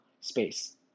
space